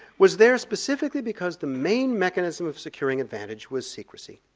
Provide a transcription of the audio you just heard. was there specifically because the main mechanism of securing advantage was secrecy.